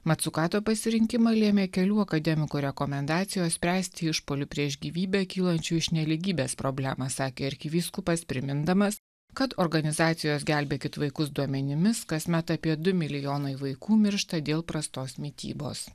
matsukato pasirinkimą lėmė kelių akademikų rekomendacijos spręsti išpuolių prieš gyvybę kylančių iš nelygybės problemą sakė arkivyskupas primindamas kad organizacijos gelbėkit vaikus duomenimis kasmet apie du milijonai vaikų miršta dėl prastos mitybos